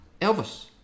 Elvis